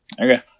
Okay